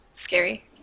scary